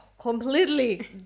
completely